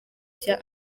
cya